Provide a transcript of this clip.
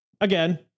Again